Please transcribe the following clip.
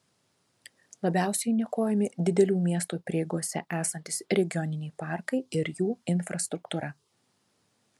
labiausiai niokojami didelių miesto prieigose esantys regioniniai parkai ir jų infrastruktūra